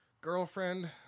girlfriend